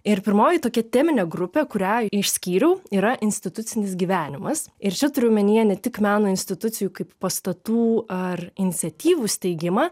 ir pirmoji tokia teminė grupė kurią išskyriau yra institucinis gyvenimas ir čia turiu omenyje ne tik meno institucijų kaip pastatų ar iniciatyvų steigimą